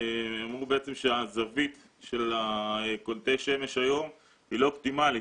אמרה שהזווית של קולטי השמש היום היא לא אופטימלית.